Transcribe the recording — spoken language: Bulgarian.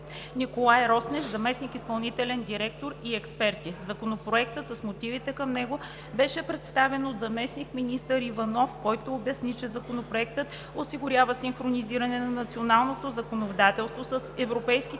Николай Роснев – заместник-изпълнителен директор, и експерти. Законопроектът с мотивите към него беше представен от заместник-министър Иванов, който обясни, че Законопроектът осигурява синхронизиране на националното законодателство с европейските